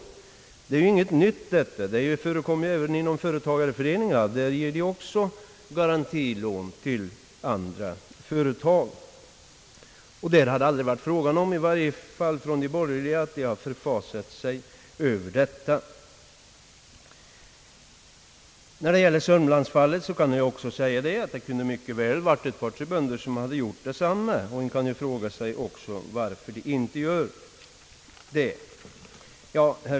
Detta är ju inte någonting nytt. även företagareföreningarna ger garantilån, och de borgerliga har aldrig förfasat sig över detta. Vad beträffar sörmlandsfallet kan jag också säga, att ett par eller tre bönder mycket väl kunde ha gjort detsamma. Man kan ju fråga sig varför de inte gör det.